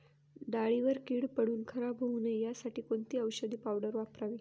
डाळीवर कीड पडून खराब होऊ नये यासाठी कोणती औषधी पावडर वापरावी?